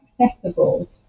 accessible